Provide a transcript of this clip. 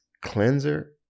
cleanser